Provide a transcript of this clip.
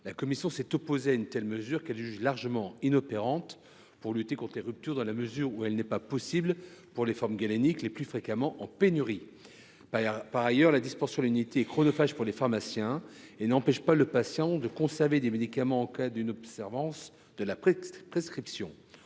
La commission s’est opposée à une telle mesure, qu’elle juge largement inopérante pour lutter contre les ruptures de stock dans la mesure où elle n’est pas possible pour les formes galéniques les plus fréquemment en situation de pénurie. Par ailleurs, la dispensation à l’unité est chronophage pour les pharmaciens et n’empêche pas le patient de conserver des médicaments en cas d’inobservance de la prescription.